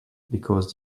because